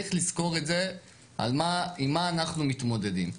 צריך לזכור עם מה אנחנו מתמודדים.